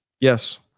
Yes